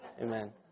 Amen